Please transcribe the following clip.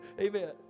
Amen